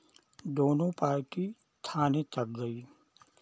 दोनो पार्टी थाने तक गई